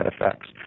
effects